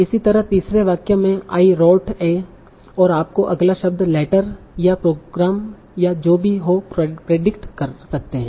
इसी तरह तीसरे वाक्य में आई रोट ए और आप अगला शब्द लैटर या प्रोग्राम या जो भी हो प्रेडिक्ट कर सकते हैं